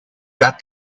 got